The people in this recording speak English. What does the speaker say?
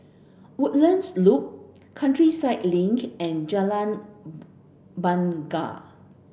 Woodlands Loop Countryside Link and Jalan Bungar